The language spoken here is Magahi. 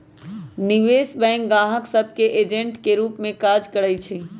निवेश बैंक गाहक सभ के एजेंट के रूप में काज करइ छै